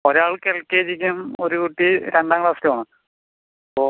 ഒരാൾക്ക് എൽകെജിക്കും ഒരു കുട്ടി രണ്ടാംക്ലാസ്സിലേക്കുമാണ് അപ്പോൾ